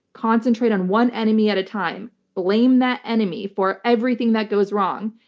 concentrate on one enemy at a time. blame that enemy for everything that goes wrong.